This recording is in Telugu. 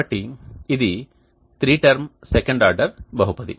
కాబట్టి ఇది త్రీ టర్మ్ సెకండ్ ఆర్డర్ బహుపది